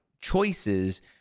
choices